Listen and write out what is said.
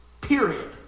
Period